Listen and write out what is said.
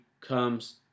comes